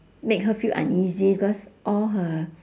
make her feel uneasy because all her